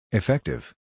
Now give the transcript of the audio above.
effective